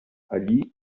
allí